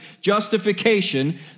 justification